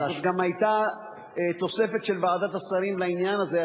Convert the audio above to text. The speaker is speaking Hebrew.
זאת גם היתה תוספת של ועדת השרים לעניין הזה,